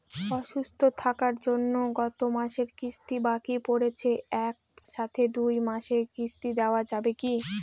অসুস্থ থাকার জন্য গত মাসের কিস্তি বাকি পরেছে এক সাথে দুই মাসের কিস্তি দেওয়া যাবে কি?